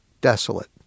desolate